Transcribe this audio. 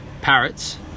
Parrots